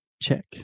check